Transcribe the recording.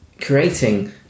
creating